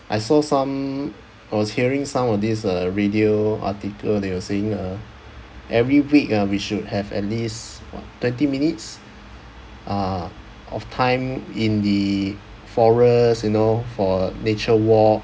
I saw some I was hearing some of this uh radio article they were saying ah every week ah we should have at least what thirty minutes uh of time in the forest you know for nature walk